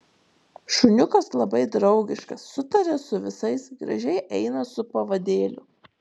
šuniukas labai draugiškas sutaria su visais gražiai eina su pavadėliu